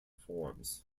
forms